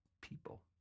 people